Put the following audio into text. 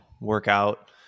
workout